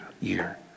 year